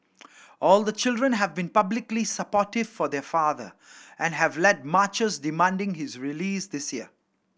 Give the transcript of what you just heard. all the children have been publicly supportive for their father and have led marches demanding his release this year